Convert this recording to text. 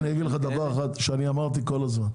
אני אגיד לך דבר אחד שאני אמרתי כל הזמן.